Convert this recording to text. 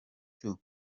too